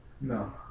No